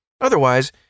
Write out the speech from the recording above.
Otherwise